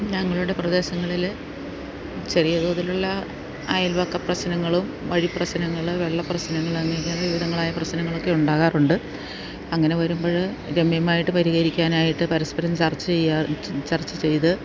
ഞങ്ങളുടെ പ്രദേശങ്ങളിൽ ചെറിയ തോതിലുള്ള അയൽവക്ക പ്രശ്നങ്ങളും വഴി പ്രശനങ്ങൾ വെള്ളം പ്രശ്നങ്ങൾ അങ്ങനെ വിവിധങ്ങളായ പ്രശ്നങ്ങളൊക്കെ ഉണ്ടാകാറുണ്ട് അങ്ങനെ വരുമ്പോൾ രമ്യമായിട്ട് പരിഹരിക്കാനായിട്ട് പരസ്പരം ചർച്ച ചെയ്യാൻ ചർച്ച ചെയ്ത്